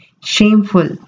shameful